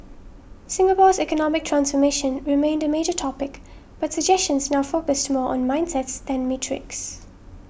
Singapore's economic transformation remained a major topic but suggestions now focused more on mindsets than metrics